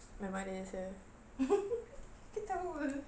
my mother is here ketawa